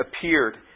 appeared